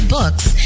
books